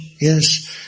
Yes